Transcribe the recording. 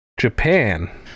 japan